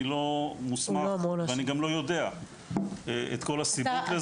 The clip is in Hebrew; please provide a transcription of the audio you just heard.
אני לא מוסמך ואני גם לא יודע את כל הסיבות לזה.